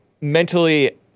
mentally